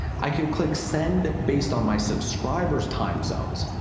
i can click send based on my subscribers time zones.